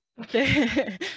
okay